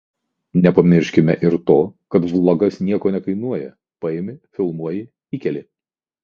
nepamirškime ir to kad vlogas nieko nekainuoja paimi filmuoji įkeli